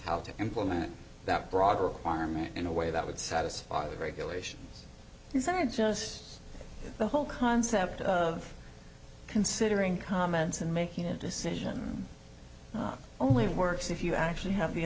how to implement that broad requirement in a way that would satisfy the regulation these are just the whole concept of considering comments and making a decision only works if you actually have the